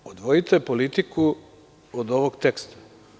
Znači, odvojite politiku od ovog teksta.